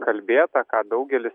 kalbėta ką daugelis